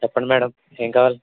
చెప్పండి మేడం ఏమి కావాలి